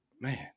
man